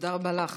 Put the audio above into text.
תודה רבה לך.